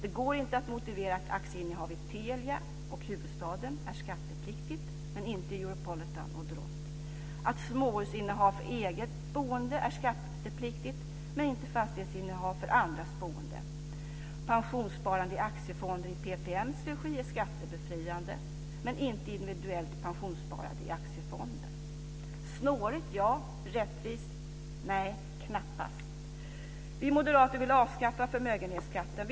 Det går inte att motivera att aktieinnehav i Telia och Huvudstaden är skattepliktigt, men inte i Europolitan och Drott, att småhusinnehav för eget boende är skattepliktigt, men inte fastighetsinnehav för andras boende, att pensionssparande i aktiefonder i PPM:s regi är skattebefriat, men inte individuellt pensionssparande i aktiefonder. Snårigt? Ja. Rättvist? Nej, knappast. Vi moderater vill avskaffa förmögenhetsskatten.